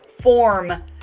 form